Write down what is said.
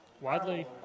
Wadley